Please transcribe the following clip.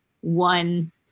one